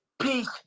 peace